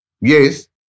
Yes